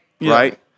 right